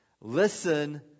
listen